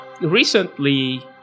Recently